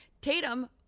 Tatum